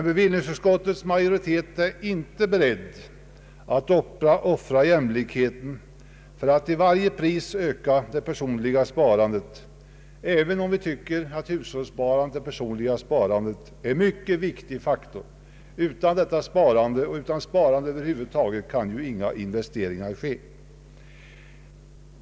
Bevillningsutskottets majoritet är inte berett att offra jämlikheten för att till varje pris öka det personliga sparandet, även om vi tycker att hushållssparandet och det personliga sparandet är en mycket viktig faktor. Utan detta sparande och utan sparande över huvud taget kan ju inga investeringar ske.